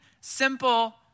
simple